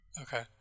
Okay